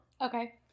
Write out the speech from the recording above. Okay